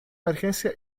emergencia